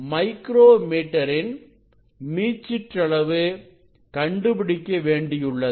micro metre ன் மீச்சிற்றளவு கண்டுபிடிக்க வேண்டியுள்ளது